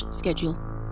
schedule